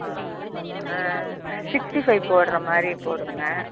ம் ஆ sixty five போடுறமாரி போடுங்கள்